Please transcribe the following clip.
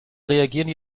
reagieren